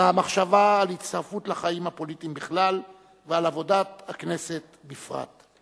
מהמחשבה על הצטרפות לחיים הפוליטיים בכלל ועל עבודת הכנסת בפרט.